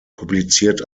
publiziert